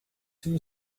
two